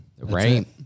right